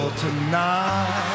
tonight